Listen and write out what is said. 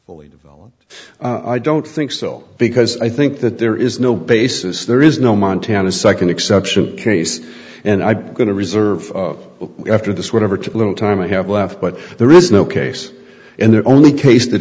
fully developed i don't think so because i think that there is no basis there is no montana's second exceptional case and i'm going to reserve after this whatever too little time i have left but there is no case and the only case that